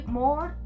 more